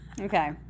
Okay